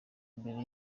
imbere